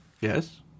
Yes